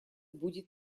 будет